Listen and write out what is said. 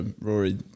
Rory